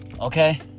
Okay